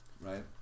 Right